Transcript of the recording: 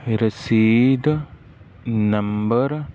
ਰਸੀਦ ਨੰਬਰ